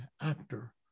actor